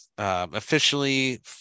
Officially